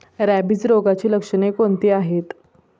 Rabies रोगाची लक्षणे कोणती आहेत?